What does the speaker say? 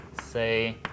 Say